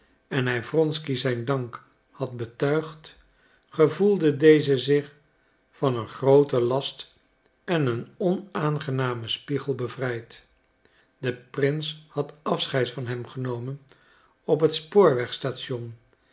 en hij wronsky zijn dank had betuigd gevoelde deze zich van een grooten last en een onaangenamen spiegel bevrijd de prins had afscheid van hem genomen op het